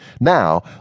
Now